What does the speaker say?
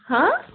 ہاں